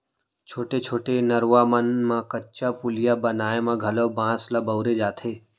छोटे छोटे नरूवा मन म कच्चा पुलिया बनाए म घलौ बांस ल बउरे जाथे